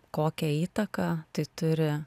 kokią įtaką tai turi